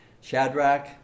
Shadrach